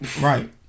Right